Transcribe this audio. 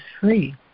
free